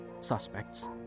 suspects